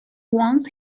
once